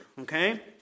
okay